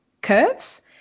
curves